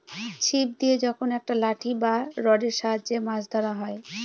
ছিপ দিয়ে যখন একটা লাঠি বা রডের সাহায্যে মাছ ধরা হয়